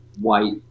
white